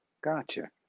Gotcha